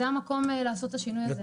זה המקום לעשות את השינוי הזה.